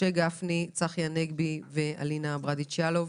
משה גפני, צחי הנגבי ואלינה ברדץ' יאלוב.